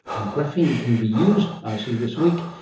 and graphene can be used, i see this week,